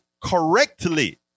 correctly